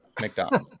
McDonald